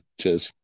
Cheers